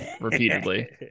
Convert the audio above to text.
repeatedly